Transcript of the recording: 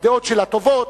הדעות שלה טובות,